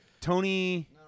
Tony